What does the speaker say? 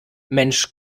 mensch